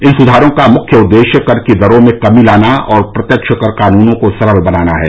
इन सुधारों का मुख्य उद्देश्य कर की दरों में कमी लाना और प्रत्यक्ष कर कानूनों को सरल बनाना है